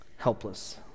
helpless